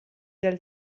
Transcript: dal